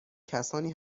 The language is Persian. کسانی